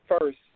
first